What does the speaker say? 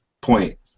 point